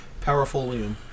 Powerfulium